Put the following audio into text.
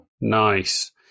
Nice